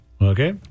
Okay